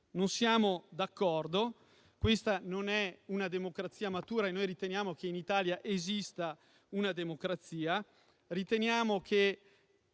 Non siamo d'accordo. Questa non è una democrazia matura e noi riteniamo che in Italia esista una democrazia.